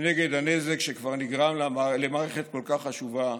כנגד הנזק שכבר נגרם למערכת כל כך חשובה,